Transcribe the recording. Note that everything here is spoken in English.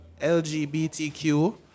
LGBTQ